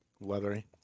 leathery